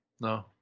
no